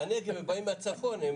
בנגב הם באים מהצפון,